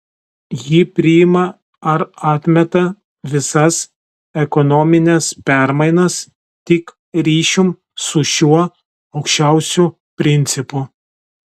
ji priima ar atmeta visas ekonomines permainas tik ryšium su šiuo aukščiausiu principu